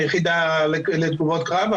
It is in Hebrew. היחידה לתגובות קרב,